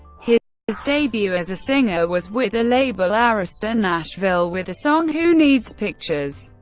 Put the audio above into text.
his his debut as a singer was with the label arista nashville, with the song who needs pictures.